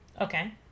Okay